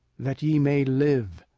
that ye may live,